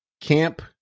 Camp